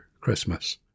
Christmas